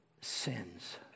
sins